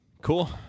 Cool